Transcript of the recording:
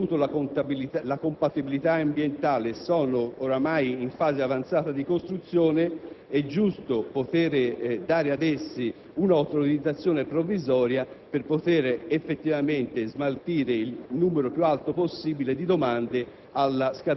che hanno ottenuto la compatibilità ambientale e sono oramai in fase avanzata di costruzione, è giusto dare un'autorizzazione provvisoria per poter effettivamente smaltire il numero più alto possibile di domande